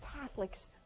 Catholics